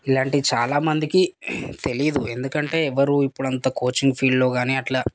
ఇలాంటివి చాలా మందికి తెలియవు ఎందుకంటే ఎవరూ ఇప్పుడు అంత కోచింగ్ ఫీల్డ్లో కానీ అట్లా